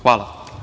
Hvala.